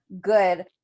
good